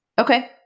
Okay